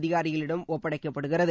அதிகாரிகளிடம் ஒப்படைக்கப்படுகிறது